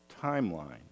timeline